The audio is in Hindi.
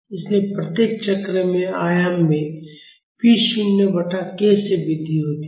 इसलिए प्रत्येक चक्र में आयाम में p शून्य बटा kसे वृद्धि होती है